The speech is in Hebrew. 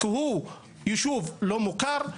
כי זה יישוב לא מוכר.